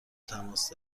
تماس